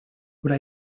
would